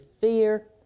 fear